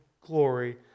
glory